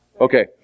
Okay